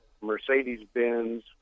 Mercedes-Benz